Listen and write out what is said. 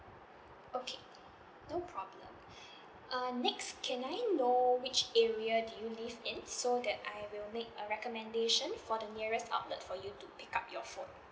okay no problem uh next can I know which area do you live in it so that I will make a recommendation for the nearest outlet for you to pick up your phone